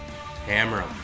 Hammer